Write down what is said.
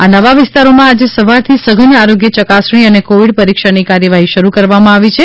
આ નવા વિસ્તારોમાં આજે સવારથી સઘન આરોગ્ય ચકાસણી અને કોવિડ પરીક્ષણની કાર્યવાહી શરુ કરવામાં આવી છે